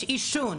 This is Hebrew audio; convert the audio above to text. יש עישון,